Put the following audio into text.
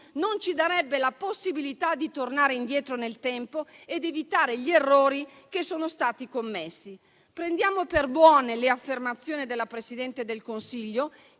non ci darebbe la possibilità di tornare indietro nel tempo e di evitare gli errori che sono stati commessi. Prendiamo per buone le affermazioni della Presidente del Consiglio,